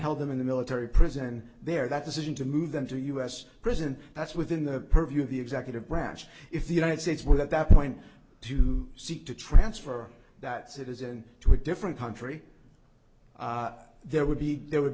held them in the military prison there that decision to move them to u s prison that's within the purview of the executive branch if the united states were at that point to seek to transfer that citizen to a different country there would be there would